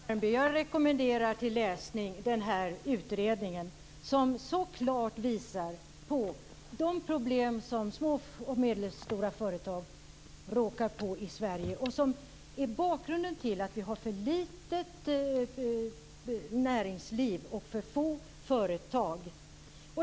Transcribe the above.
Fru talman! Lennart Värmby! Jag rekommenderar till läsning den utredning jag har här i min bänk. Den visar klart på de problem som små och medelstora företag råkar på i Sverige och som är bakgrunden till att vi har ett för litet näringsliv och för få företag.